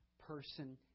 person